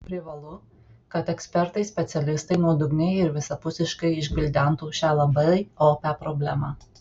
privalu kad ekspertai specialistai nuodugniai ir visapusiškai išgvildentų šią labai opią problemą